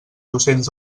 docents